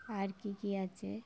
আর কী কী আছে